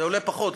זה עולה פחות,